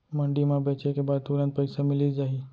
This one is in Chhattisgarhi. मंडी म बेचे के बाद तुरंत पइसा मिलिस जाही?